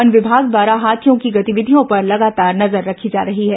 one विभाग द्वारा हाथियों की गतिविधियों पर लगातार नजर रखी जा रही है